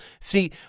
See